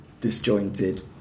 disjointed